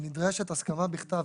שנדרשת הסכמה בכתב.